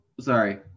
sorry